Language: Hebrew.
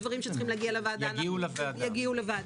הדברים שצריכים להגיע לוועדה יגיעו אליה.